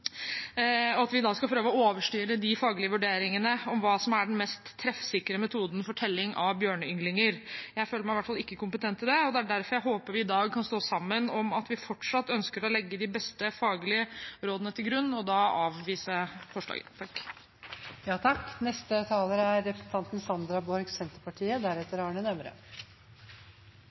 og at vi da skal prøve å overstyre de faglige vurderingene av hva som er den mest treffsikre metoden for telling av bjørneynglinger. Jeg føler meg i hvert fall ikke kompetent til det, og det er derfor jeg håper vi i dag kan stå sammen om at vi fortsatt ønsker å legge de beste faglige rådene til grunn, og da avvise forslaget.